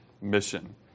mission